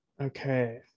Okay